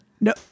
No